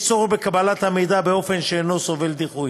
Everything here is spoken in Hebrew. צורך בקבלת המידע באופן שאינו סובל דיחוי.